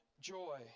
joy